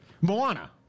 Moana